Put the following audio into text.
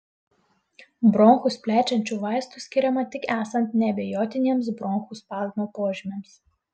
bronchus plečiančių vaistų skiriama tik esant neabejotiniems bronchų spazmo požymiams